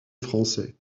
français